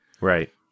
Right